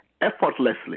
effortlessly